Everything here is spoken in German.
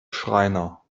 schreiner